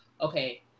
Okay